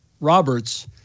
Roberts